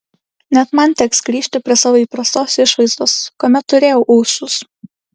net man teks grįžti prie savo įprastos išvaizdos kuomet turėjau ūsus